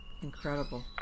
incredible